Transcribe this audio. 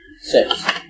Six